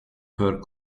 her